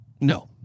no